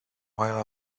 while